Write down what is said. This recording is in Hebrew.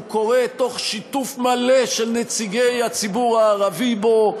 הוא קורה בשיתוף מלא של נציגי הציבור הערבי בו,